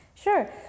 Sure